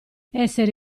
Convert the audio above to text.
essere